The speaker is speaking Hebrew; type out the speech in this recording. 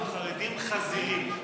החרדים חזירים,